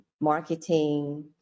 marketing